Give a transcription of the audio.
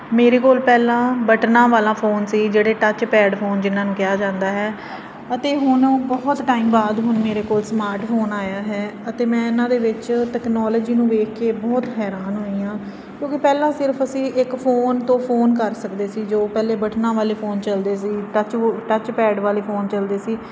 ਮੇਰੇ ਕੋਲ ਪਹਿਲਾਂ ਬਟਨਾਂ ਵਾਲਾ ਫੋਨ ਸੀ ਜਿਹੜੇ ਟੱਚਪੈਡ ਫੋਨ ਜਿਹਨਾਂ ਨੂੰ ਕਿਹਾ ਜਾਂਦਾ ਹੈ ਅਤੇ ਹੁਣ ਉਹ ਬਹੁਤ ਟਾਈਮ ਬਾਅਦ ਹੁਣ ਮੇਰੇ ਕੋਲ ਸਮਾਟ ਫੋਨ ਆਇਆ ਹੈ ਅਤੇ ਮੈਂ ਇਹਨਾਂ ਦੇ ਵਿੱਚ ਤਕਨੋਲਜੀ ਨੂੰ ਵੇਖ ਕੇ ਬਹੁਤ ਹੈਰਾਨ ਹੋਈ ਹਾਂ ਕਿਉਂਕਿ ਪਹਿਲਾਂ ਸਿਰਫ ਅਸੀਂ ਇੱਕ ਫੋਨ ਤੋਂ ਫੋਨ ਕਰ ਸਕਦੇ ਸੀ ਜੋ ਪਹਿਲੇ ਬਟਨਾਂ ਵਾਲੇ ਫੋਨ ਚੱਲਦੇ ਸੀ ਟੱਚ ਟੱਚਪੈਡ ਵਾਲੇ ਫੋਨ ਚੱਲਦੇ ਸੀ